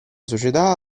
società